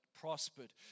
Prospered